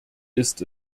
ist